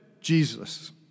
Jesus